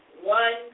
one